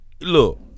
Look